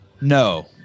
No